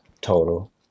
total